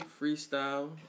freestyle